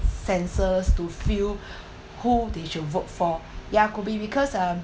sensors to feel who they should vote for ya could be because um